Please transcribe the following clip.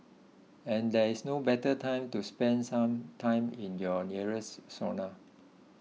and there is no better time to spend some time in your nearest sauna